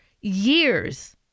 years